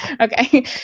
Okay